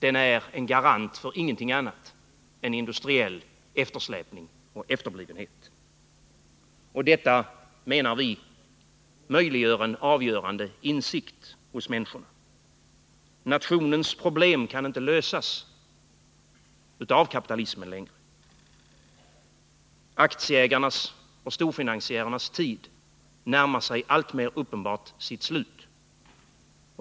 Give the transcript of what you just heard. Den är inte garant för någonting annat än industriell eftersläpning och efterblivenhet. Detta menar vi möjliggör en betydande insikt hos människorna. Nationens problem kan inte längre lösas med hjälp av kapitalismen. Uppenbarligen närmar sig aktieägarnas och de stora finansiärernas tid alltmer sitt slut.